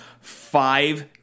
five